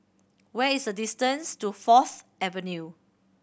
where is the distance to Fourth Avenue